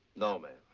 no, ma'am.